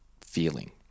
feeling